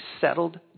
settled